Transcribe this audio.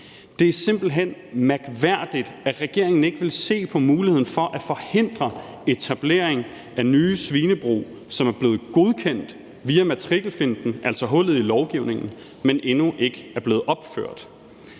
Det er simpelt hen mærkværdigt, at regeringen ikke vil se på muligheden for at forhindre etablering af nye svinebrug, som er blevet godkendt via matrikelfinten, altså hullet i lovgivningen, men endnu ikke er blevet opført.